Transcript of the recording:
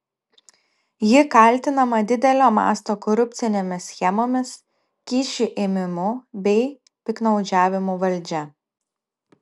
ji kaltinama didelio masto korupcinėmis schemomis kyšių ėmimu bei piktnaudžiavimu valdžia